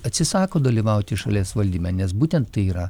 atsisako dalyvauti šalies valdyme nes būtent tai yra